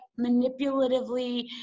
manipulatively